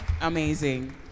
Amazing